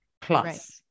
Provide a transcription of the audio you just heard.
plus